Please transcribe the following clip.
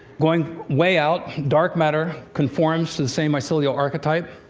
going way out, dark matter conforms to the same mycelial archetype.